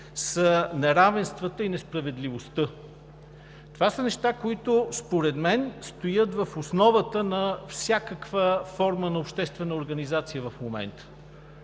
са неравенствата и несправедливостта. Това са неща, които според мен стоят в основата на всякаква форма на обществена организация в момента.